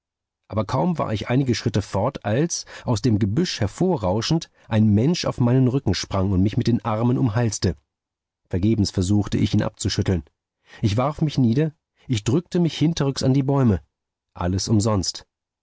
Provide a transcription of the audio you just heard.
aber kaum war ich einige schritte fort als aus dem gebüsch hervorrauschend ein mensch auf meinen rücken sprang und mich mit den armen umhalste vergebens versuchte ich ihn abzuschütteln ich warf mich nieder ich drückte mich hinterrücks an die bäume alles umsonst